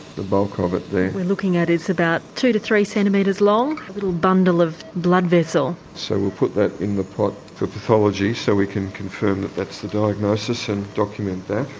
the bulk of it there. what we're looking at is about two to three centimetres long, a little bundle of blood vessel. so we'll put that in the pot for pathology so we can confirm that that's the diagnosis and document that.